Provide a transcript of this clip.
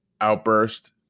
outburst